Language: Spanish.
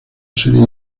serie